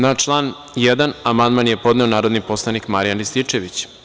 Na član 1. amandman je podneo narodni poslanik Marijan Rističević.